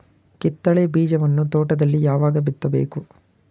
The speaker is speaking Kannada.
ಕಿತ್ತಳೆ ಬೀಜವನ್ನು ತೋಟದಲ್ಲಿ ಯಾವಾಗ ಬಿತ್ತಬೇಕು?